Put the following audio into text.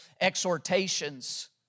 exhortations